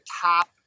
top